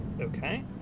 okay